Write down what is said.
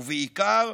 ובעיקר,